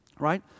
right